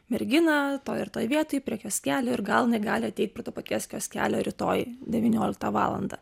merginą ir toj vietoj prie kioskelio ir gal jinai gali ateiti prie to paties kioskelio rytoj devynioliktą valandą